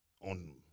on